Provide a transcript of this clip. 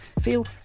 feel